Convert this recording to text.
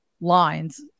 lines